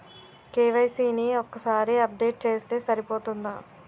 KYC ని ఒక్కసారి update చేస్తే సరిపోతుందా?